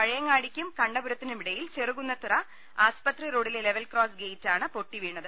പഴയങ്ങാടിക്കും കണ്ണപുരത്തിനുമിടയിൽ ചെറുകുന്നുതറ് ആസ്പത്രി റോഡിലെ ലെവൽ ക്രോസ് ഗെയിറ്റ് ആണ് പൊട്ടിവീണത്